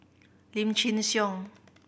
Lim Chin Siong